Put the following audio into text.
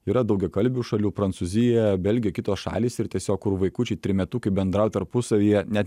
yra daugiakalbių šalių prancūzija belgija kitos šalys ir tiesiog kur vaikučiai trimetukai bendrauja tarpusavyje net